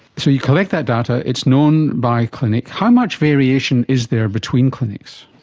so you collect that data, it's known by a clinic. how much variation is there between clinics?